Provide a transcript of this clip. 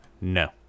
No